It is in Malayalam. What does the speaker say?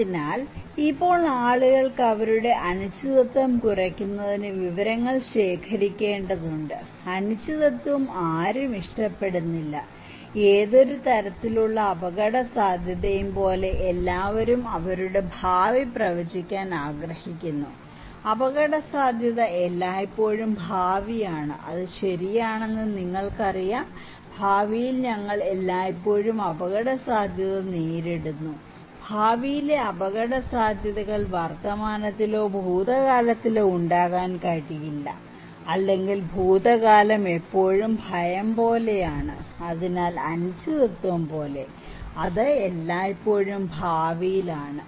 അതിനാൽ ഇപ്പോൾ ആളുകൾക്ക് അവരുടെ അനിശ്ചിതത്വം കുറയ്ക്കുന്നതിന് വിവരങ്ങൾ ശേഖരിക്കേണ്ടതുണ്ട് അനിശ്ചിതത്വം ആരും ഇഷ്ടപ്പെടുന്നില്ല ഏതൊരു തരത്തിലുള്ള അപകടസാധ്യതയും പോലെ എല്ലാവരും അവരുടെ ഭാവി പ്രവചിക്കാൻ ആഗ്രഹിക്കുന്നു അപകടസാധ്യത എല്ലായ്പ്പോഴും ഭാവിയാണ് അത് ശരിയാണെന്ന് നിങ്ങൾക്കറിയാം ഭാവിയിൽ ഞങ്ങൾ എല്ലായ്പ്പോഴും അപകടസാധ്യത നേരിടുന്നു ഭാവിയിലെ അപകടസാധ്യതകൾ വർത്തമാനത്തിലോ ഭൂതകാലത്തിലോ ഉണ്ടാകാൻ കഴിയില്ല അല്ലെങ്കിൽ ഭൂതകാലം എല്ലായ്പ്പോഴും ഭയം പോലെയാണ് അതിനാൽ അനിശ്ചിതത്വം പോലെ അത് എല്ലായ്പ്പോഴും ഭാവിയിലാണ്